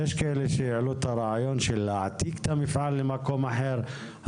יש כאלה שהעלו את הרעיון של להעתיק את המפעל למקום אחר,